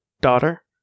daughter